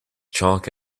chalk